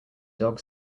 dog